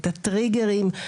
את הטריגרים,